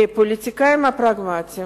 כפוליטיקאים פרגמטים